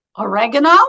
Oregano